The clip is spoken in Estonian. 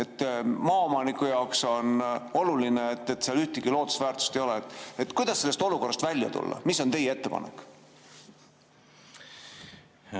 Maaomaniku jaoks on oluline, et seal ühtegi loodusväärtust ei ole. Kuidas sellest olukorrast välja tulla? Mis on teie ettepanek?